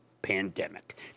pandemic